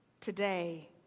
today